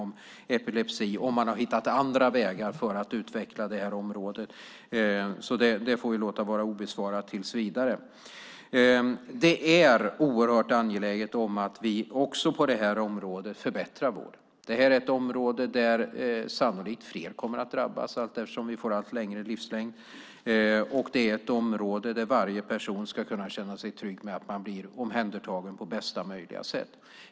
Det kan vara så att man har hittat andra vägar för att utveckla området. Det får vi låta vara obesvarat tills vidare. Det är oerhört angeläget att vi förbättrar vården också på detta område. Det är ett område där sannolikt fler kommer att drabbas allteftersom vi får allt längre livslängd. Det är ett område där varje person ska kunna känna sig trygg i att bli omhändertagen på bästa möjliga sätt.